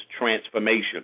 transformation